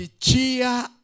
cheer